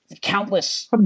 countless